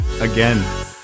again